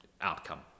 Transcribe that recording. outcome